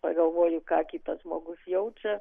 pagalvoju ką kitas žmogus jaučia